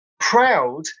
proud